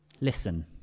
Listen